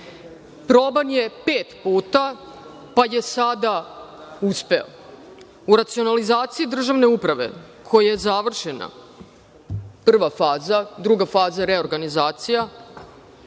Proban je pet puta, pa je sada uspeo. U racionalizaciji državne uprave, gde je završena prva faza, a druga faza je reorganizacija,